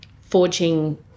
forging